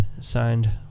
signed